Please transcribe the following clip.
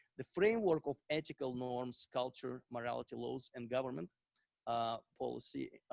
the framework of ethical norms, culture, morality, laws and government ah policy